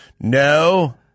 no